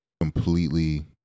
completely